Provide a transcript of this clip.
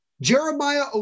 Jeremiah